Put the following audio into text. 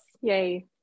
yay